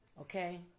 okay